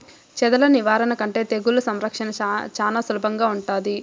చెదల నివారణ కంటే తెగుళ్ల సంరక్షణ చానా సులభంగా ఉంటాది